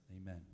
Amen